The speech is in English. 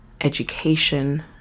education